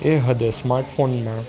એ હદે સ્માર્ટફોનમાં